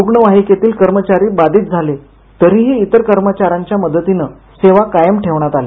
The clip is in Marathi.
रुग्णवाहिकेतील कर्मचारी बाधित झाले तरीही इतर कर्मचार्यांवच्या मदतीनं सेवा कायम ठेवण्यात आली